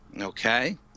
Okay